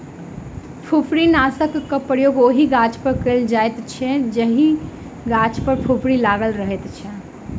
फुफरीनाशकक प्रयोग ओहि गाछपर कयल जाइत अछि जाहि गाछ पर फुफरी लागल रहैत अछि